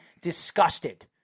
disgusted